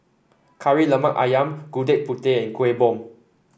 Kari Lemak ayam Gudeg Putih and Kuih Bom